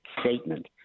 statement